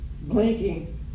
Blinking